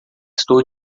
estou